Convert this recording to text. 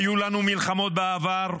היו לנו מלחמות בעבר,